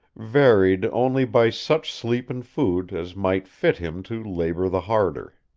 varied only by such sleep and food as might fit him to labor the harder.